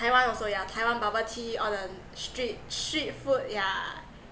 taiwan also yeah taiwan bubble tea all the street street food yeah